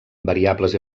variables